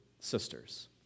sisters